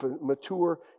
mature